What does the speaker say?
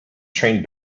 train